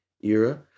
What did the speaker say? era